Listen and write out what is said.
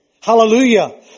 Hallelujah